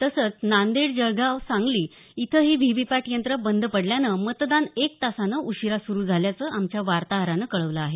तसचं नांदेड जळगाव सांगली इथंही व्हीव्हीपॅट यंत्र बंद पडल्यानं मतदान एक तासानं उशिरा सुरु झाल्याचं आमच्या वार्ताहरानं कळवलं आहे